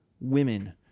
women